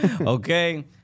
Okay